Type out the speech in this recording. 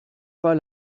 pas